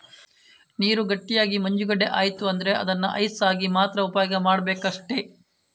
ನೀರು ಗಟ್ಟಿಯಾಗಿ ಮಂಜುಗಡ್ಡೆ ಆಯ್ತು ಅಂದ್ರೆ ಅದನ್ನ ಐಸ್ ಆಗಿ ಮಾತ್ರ ಉಪಯೋಗ ಮಾಡ್ಬೇಕಷ್ಟೆ